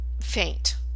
faint